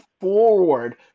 forward